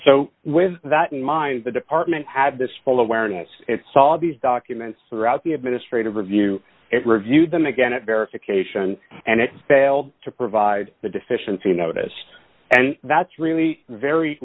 so with that in mind the department had this full awareness it's all of these documents out the administrative review it reviewed them again and verification and it failed to provide a deficiency notice and that's really very